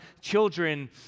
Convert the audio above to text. children